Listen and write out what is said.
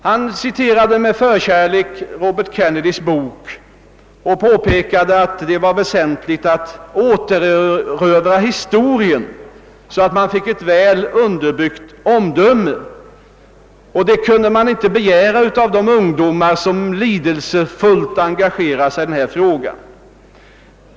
Han citerade med förkärlek Robert Kennedys bok och påpekade att det var väsentligt att återerövra historien, så att man fick ett väl underbyggt omdöme, och det kunde man inte begära av de ungdomar som lidelsefullt engagerar sig i denna fråga.